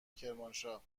کرمانشاه